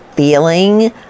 Feeling